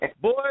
boy